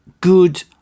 good